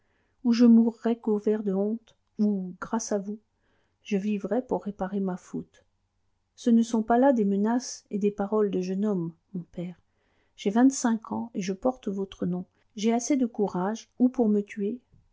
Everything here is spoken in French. ou je mourrai couvert de honte ou grâce à vous je vivrai pour réparer ma faute ce ne sont pas là des menaces et des paroles de jeune homme mon père j'ai vingt-cinq ans je porte votre nom j'ai assez de courage ou pour me tuer